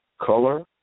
color